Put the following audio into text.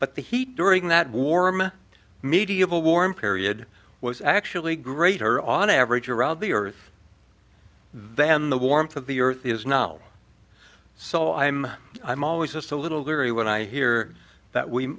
but the heat during that warm medieval warm period was actually greater on average around the earth than the warmth of the earth is now so i am i'm always just a little leery when i hear that we